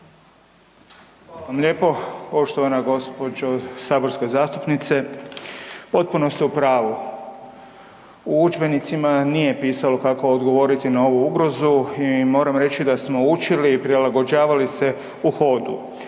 Hvala lijepa. Poštovana gospođo saborska zastupnice. Potpunost ste u pravu. U udžbenicima nije pisalo kako odgovoriti na ovu ugrozu i moram reći da smo učili i prilagođavali se u hodu.